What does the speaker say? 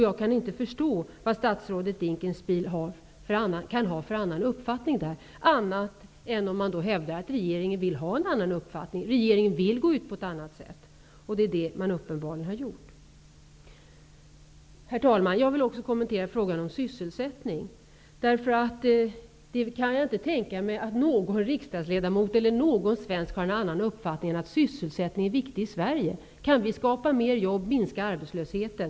Jag kan inte förstå att statsrådet Dinkelspiel kan ha någon annan uppfattning, om det inte är så att regeringen vill ha en annan uppfattning och vill agera på ett annat sätt. Det har man uppenbarligen gjort. Herr talman! Jag har inte tänka mig att någon riksdagsledamot eller någon annan svensk inte har uppfattningen att sysselsättning i Sverige är viktig. Kan mer jobb skapas minskar arbtslösheten.